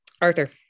Arthur